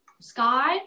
Sky